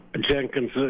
Jenkins